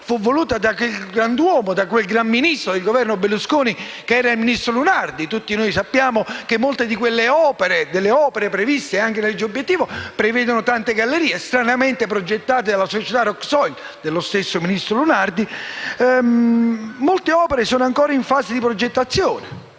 fu voluta da quel grand'uomo e gran ministro del Governo Berlusconi, che era il ministro Lunardi. Tutti noi sappiamo che molte delle opere previste nella legge obiettivo prevedono tante gallerie, stranamente progettate dalla società Rocksoil dello stesso ministro Lunardi. Molte opere - il 57 per cento - sono ancora in fase di progettazione